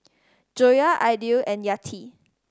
Joyah Aidil and Yati